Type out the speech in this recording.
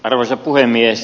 arvoisa puhemies